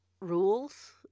rules